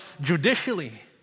judicially